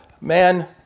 man